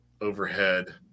overhead